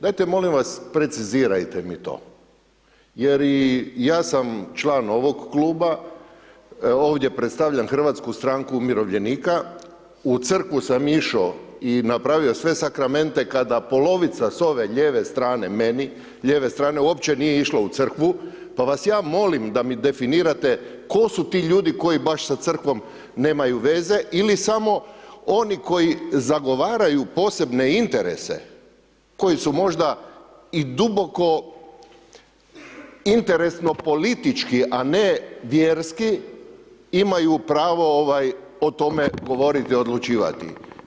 Dajte molim vas, precizirajte mi to jer i ja sam član ovog kluba, ovdje predstavljam HSU, u crkvu sam išao i napravio sve sakramente kada polovica s ove lijeve strane meni, lijeve strane uopće nije išlo u crkvu, pa vas ja molim da mi definirate, tko su ti ljudi koji baš sa crkvom nemaju veze ili samo oni koji zagovaraju posebne interese koji su možda i duboko interesno politički, a ne vjerski, imaju pravo o tome govoriti i odlučivati.